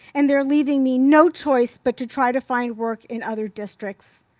and they're leaving me no choice but to try to find work in other districts.